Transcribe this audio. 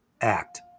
act